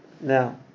Now